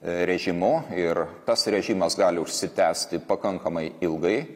režimu ir tas režimas gali užsitęsti pakankamai ilgai